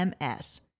MS